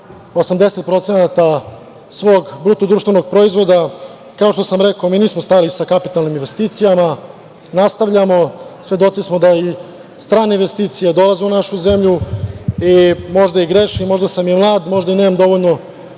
80% svog BDP-a. Kao što sam rekao mi nismo stali sa kapitalnim investicijama, nastavljamo, svedoci smo da i strane investicije dolaze u našu zemlju i možda i grešim, možda sam i mlad, možda nemam dovoljno